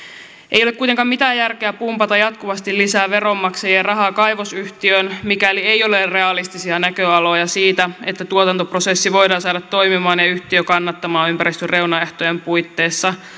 ei ole kuitenkaan mitään järkeä pumpata jatkuvasti lisää veronmaksajien rahaa kaivosyhtiöön mikäli ei ole realistisia näköaloja siitä että tuotantoprosessi voidaan saada toimimaan ja yhtiö kannattamaan ympäristön reunaehtojen puitteissa